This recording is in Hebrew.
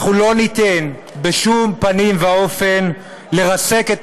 אנחנו לא ניתן בשום פנים ואופן לרסק את